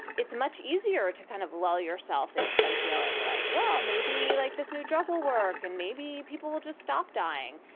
it's much easier to kind of lull yourself into some feeling like, well, maybe like this new drug will work and maybe people will just stop dying.